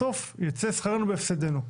בסוף יצא שכרנו בהפסדנו.